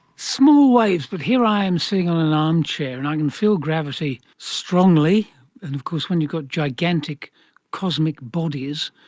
small waves, but here i am sitting on an armchair and i can feel gravity strongly, and of course when you've got gigantic cosmic bodies,